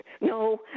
no